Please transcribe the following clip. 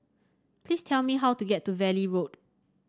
please tell me how to get to Valley Road